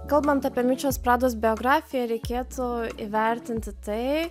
kalbant apie miučios prados biografiją reikėtų įvertinti tai